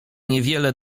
niewiele